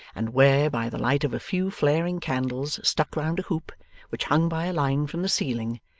and where, by the light of a few flaring candles stuck round a hoop which hung by a line from the ceiling,